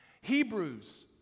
Hebrews